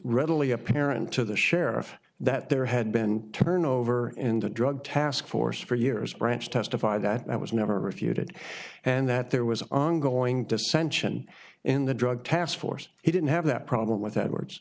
readily apparent to the sheriff that there had been turnover in the drug task force for years branch testify that was never refuted and that there was ongoing dissension in the drug task force he didn't have that problem with